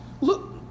Look